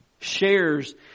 shares